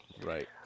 Right